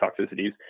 toxicities